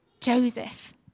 joseph